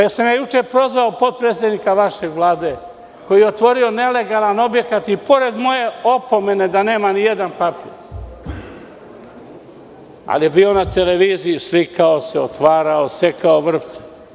Jesam li juče prozvao potpredsednika vaše Vlade koji je otvorio nelegalan objekat i pored moje opomene da nema ni jedan papir, ali je bio na televiziji, slikao se, otvarao, sekao vrpce.